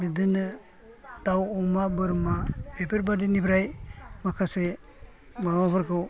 बिदिनो दाव अमा बोरमा बेफोरबादिनिफ्राय माखासे माबाफोरखौ